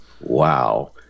Wow